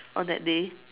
on that day